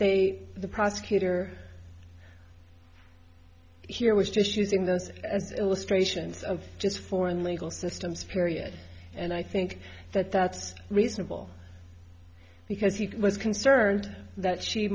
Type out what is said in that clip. they the prosecutor here was just using those as illustrations of just foreign legal systems period and i think that that's reasonable because he was concerned that she